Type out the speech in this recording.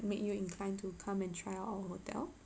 make you inclined to come and try out our hotel